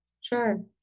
Sure